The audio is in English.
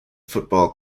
football